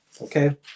okay